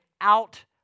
out